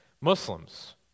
Muslims